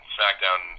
SmackDown